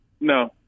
No